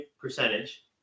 percentage